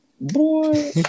Boy